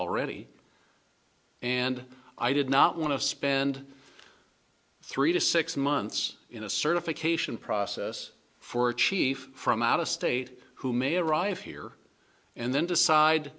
already and i did not want to spend three to six months in a certification process for a chief from out of state who may arrive here and then decide